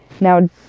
Now